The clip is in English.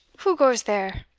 who goes there?